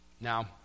Now